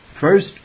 First